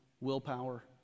willpower